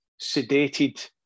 sedated